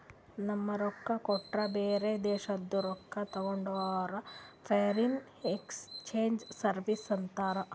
ನಮ್ ರೊಕ್ಕಾ ಕೊಟ್ಟು ಬ್ಯಾರೆ ದೇಶಾದು ರೊಕ್ಕಾ ತಗೊಂಡುರ್ ಫಾರಿನ್ ಎಕ್ಸ್ಚೇಂಜ್ ಸರ್ವೀಸ್ ಅಂತಾರ್